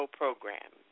program